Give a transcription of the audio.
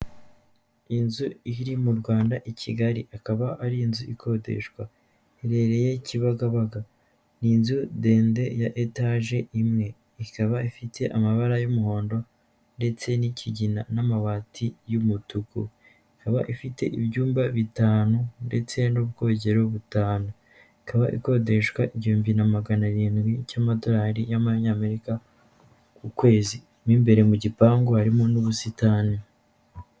Inzu iri mu Rwanda i Kigali, akaba ari inzu ikodeshwa. Iherereye Kibagabaga, ni inzu ndende ya etage imwe, ikaba ifite amabara y'umuhondo ndetse n'ikigina, n'amabati y'umutuku. Ikaba ifite ibyumba bitanu ndetse n'ubwogero butanu, ikaba ikodeshwa igihumbi na magana arindwi cy'amadolari y'abanyamerika ku kwezi imbere mu gipangu harimo n'ubusitani.